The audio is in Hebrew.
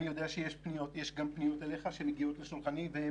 בוא ונדבר רגע אחד שכשבן-אדם